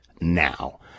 now